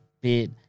bit